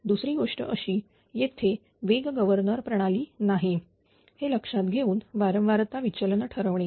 दुसरी गोष्ट अशी येथे वेग गव्हर्नर प्रणाली नाही हे लक्षात घेऊन वारंवारता विचलन ठरवणे